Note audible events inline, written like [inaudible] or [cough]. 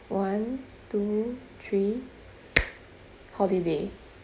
one two three [noise] holiday